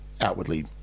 outwardly